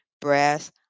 brass